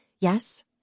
yes